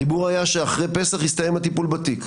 הדיבור היה שאחרי פסח יסתיים הטיפול בתיק.